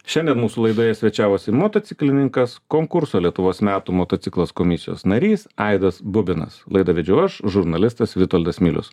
šiandien mūsų laidoje svečiavosi motociklininkas konkurso lietuvos metų motociklas komisijos narys aidas bubinas laidą vedžiau aš žurnalistas vitoldas milius